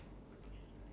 window